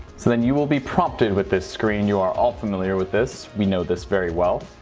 so then you will be prompted with this screen you are all familiar with this we know this very well.